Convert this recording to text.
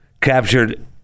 captured